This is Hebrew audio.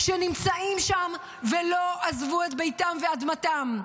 שנמצאים שם ולא עזבו את ביתם ואדמתם,